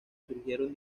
surgieron